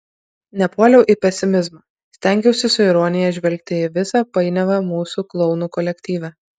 nepuoliau į pesimizmą stengiausi su ironija žvelgti į visą painiavą mūsų klounų kolektyve